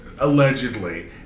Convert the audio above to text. allegedly